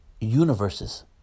universes